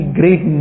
great